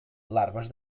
larves